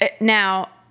Now